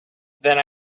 then